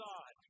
God